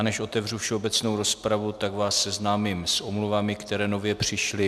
Než otevřu všeobecnou rozpravu, tak vás seznámím s omluvami, které nově přišly.